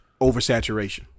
oversaturation